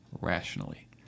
rationally